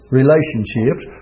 relationships